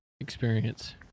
experience